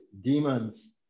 demons